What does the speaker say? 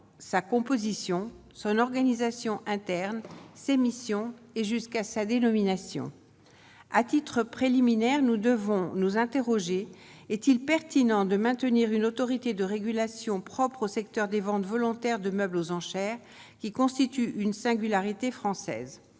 sa composition Son organisation interne, ses missions et, jusqu'à sa dénomination à titre préliminaire, nous devons nous interroger : est-il pertinent de maintenir une autorité de régulation propre au secteur des ventes volontaires de meubles aux enchères qui constitue une singularité française,